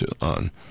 on